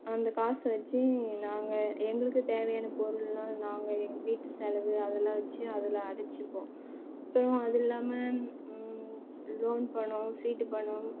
அந்த காசு வச்சு நாங்கள் எங்களுக்கு தேவையான பொருள்லாம் நாங்கள் எங்கள் வீட்டு செலவு அதெல்லாம் வச்சு அதில் அடைச்சுப்போம் அப்புறம் அது இல்லாமல் ம் லோன் பணம் சீட்டு பணம்